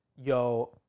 yo